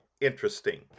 interesting